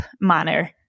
manner